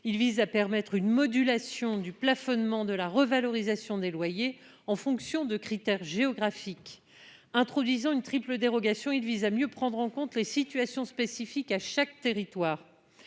nationale, permettant une modulation du plafonnement de la revalorisation des loyers en fonction de critères géographiques. Il s'agit d'introduire une triple dérogation pour mieux prendre en compte les situations spécifiques à chaque territoire.